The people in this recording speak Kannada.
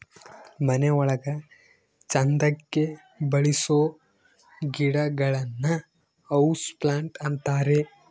ಮನೆ ಒಳಗ ಚಂದಕ್ಕೆ ಬೆಳಿಸೋ ಗಿಡಗಳನ್ನ ಹೌಸ್ ಪ್ಲಾಂಟ್ ಅಂತಾರೆ